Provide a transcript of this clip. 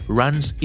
runs